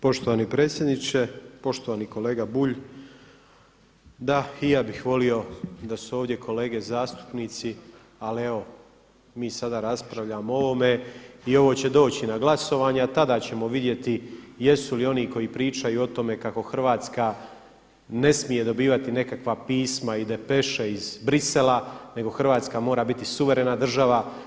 Poštovani predsjedniče, poštovani kolega Bulj, da i ja bih volio da su ovdje kolege zastupnici ali evo mi sada raspravljamo o ovome i ovo će doći na glasovanje, a tada ćemo vidjeti jesu li oni koji pričaju o tome kako Hrvatska ne smije dobivati nekakva pisma i depeše iz Bruxellesa, nego Hrvatska mora biti suverena država.